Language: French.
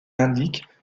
indique